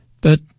But